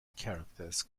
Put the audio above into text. characters